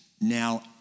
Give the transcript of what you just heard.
now